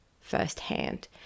firsthand